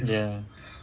ya